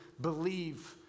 believe